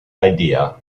idea